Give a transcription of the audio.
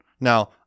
Now